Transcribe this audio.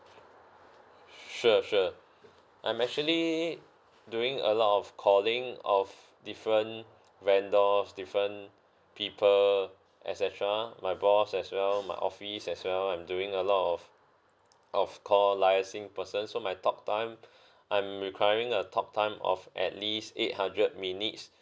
sure sure I'm actually doing a lot of calling of different vendors different people et cetera my boss as well my office as well I'm doing a lot of of call liaising person so my talk time I'm requiring a talk time of at least eight hundred minutes